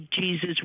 Jesus